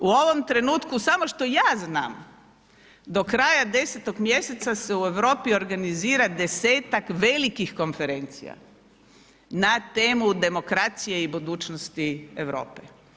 U ovom trenutku samo što ja znam do kraja 10. mjeseca se u Europi organizira desetak velikih konferencija na temu demokracije i budućnosti Europe.